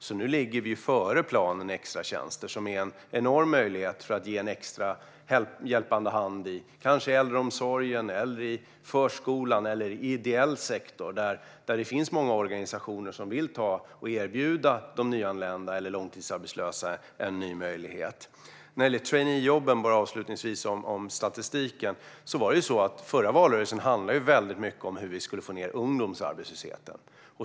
Nu ligger vi före planen vad gäller extratjänster, som är en enorm möjlighet att ge en extra hjälpande hand, kanske i äldreomsorgen, i förskolan eller i den ideella sektorn, där det finns många organisationer som vill erbjuda de nyanlända eller långtidsarbetslösa en ny möjlighet. När det gäller traineejobben och statistiken: Den förra valrörelsen handlade väldigt mycket om hur vi skulle få ned ungdomsarbetslösheten.